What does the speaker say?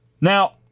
Now